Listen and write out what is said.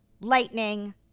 lightning